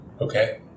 Okay